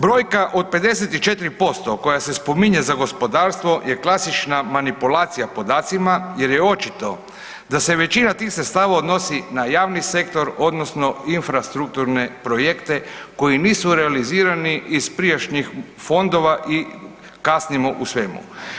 Brojka od 54% koja se spominje za gospodarstvo je klasična manipulacija podacima jer je očito da se većina tih sredstava odnosi na javni sektor odnosno infrastrukturne projekte koji nisu realizirani iz prijašnjih fondova i kasnimo u svemu.